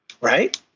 Right